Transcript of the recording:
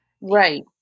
Right